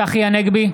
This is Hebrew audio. נגד צחי הנגבי,